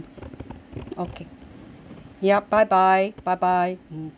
okay ya bye bye bye bye mm